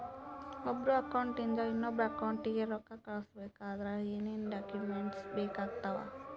ಒಬ್ಬರ ಅಕೌಂಟ್ ಇಂದ ಇನ್ನೊಬ್ಬರ ಅಕೌಂಟಿಗೆ ರೊಕ್ಕ ಕಳಿಸಬೇಕಾದ್ರೆ ಏನೇನ್ ಡಾಕ್ಯೂಮೆಂಟ್ಸ್ ಬೇಕಾಗುತ್ತಾವ?